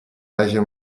razie